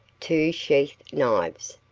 two sheath knives,